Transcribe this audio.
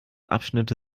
abschnitte